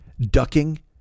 ducking